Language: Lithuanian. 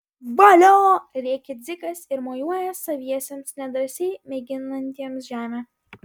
valio rėkia dzikas ir mojuoja saviesiems nedrąsiai mėginantiems žemę